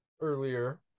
earlier